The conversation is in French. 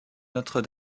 notre